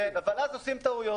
כן, אבל אז עושים טעויות.